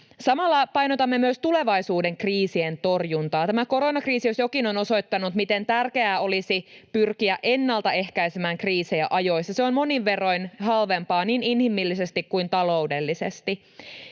Samalla painotamme myös tulevaisuuden kriisien torjuntaa. Tämä koronakriisi, jos jokin, on osoittanut, miten tärkeää olisi pyrkiä ennaltaehkäisemään kriisejä ajoissa. Se on monin verroin halvempaa niin inhimillisesti kuin taloudellisesti.